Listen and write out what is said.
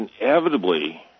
inevitably